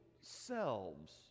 selves